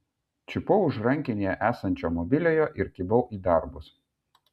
čiupau už rankinėje esančio mobiliojo ir kibau į darbus